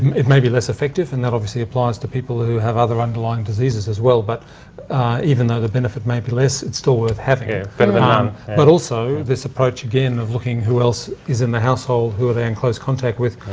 it may be less effective, and that applies to people who have other underlying diseases as well. but even though the benefit may be less, it's still worth having. ah um but also this approach again of looking who else is in the household, who are they in close contact with,